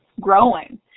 growing